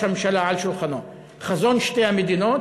הממשלה על שולחנו: או חזון שתי המדינות,